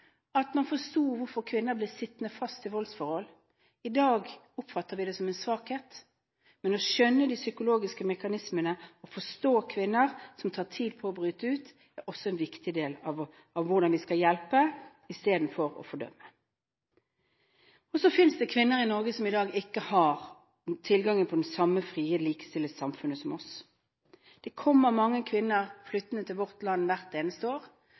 at man forsto hvorfor kvinner ble sittende fast i voldsforhold. I dag oppfatter vi det som en svakhet. Men å skjønne de psykologiske mekanismene og forstå kvinner som bruker tid på å bryte ut, er også en viktig del av hvordan vi skal hjelpe istedenfor å fordømme. Så finnes det kvinner i Norge som i dag ikke har tilgang på det samme frie og likestilte samfunnet som oss. Det kommer mange kvinner flyttende til vårt land hvert eneste år